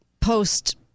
post